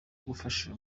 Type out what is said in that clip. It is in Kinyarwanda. gufasha